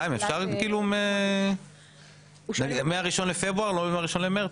חיים, אפשר מה-1 בפברואר ולא מה-1 במרס?